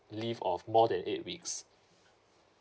leave of more than eight weeks